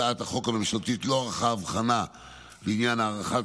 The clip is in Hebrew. הצעת החוק הממשלתית לא ערכה הבחנה לעניין הארכת